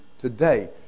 today